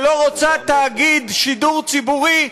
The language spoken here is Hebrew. שלא רוצה תאגיד שידור ציבורי,